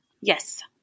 Yes